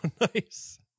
nice